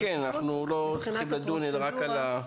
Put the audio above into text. כן, אנחנו לא צריכים לדון אלא רק על הפרוצדורה.